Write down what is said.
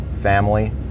family